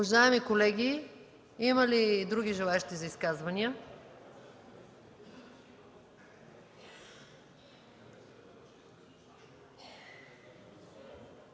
Уважаеми колеги, има ли други желаещи за изказвания?